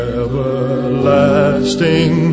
everlasting